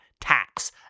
tax